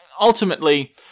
ultimately